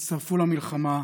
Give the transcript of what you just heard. הצטרפו למלחמה,